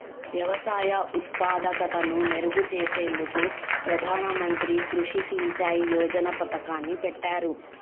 వ్యవసాయ ఉత్పాదకతను మెరుగు చేసేందుకు ప్రధాన మంత్రి కృషి సించాయ్ యోజన పతకాన్ని పెట్టారు